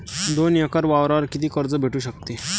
दोन एकर वावरावर कितीक कर्ज भेटू शकते?